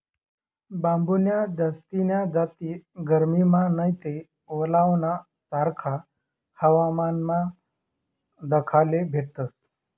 बांबून्या जास्तीन्या जाती गरमीमा नैते ओलावाना सारखा हवामानमा दखाले भेटतस